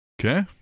Okay